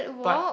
but